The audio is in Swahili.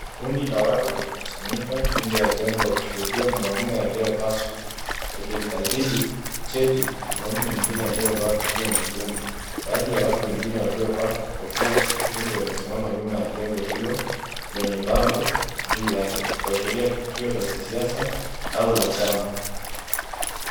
Kundi la watu limekusanyika nje ya jengo wakishuhudia mwanaume aliyevaa suti akimkabidhi cheti, mwanaume mwingine aliyevaa kofia nyekundu. Baadhi ya watu wengine waliovaa kofia nyekundu wamesimama nyuma ya jengo hilo lenye bango juu yake, kuashiria tukio la kisiasa au la chama.